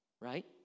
right